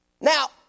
Now